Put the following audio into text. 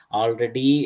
already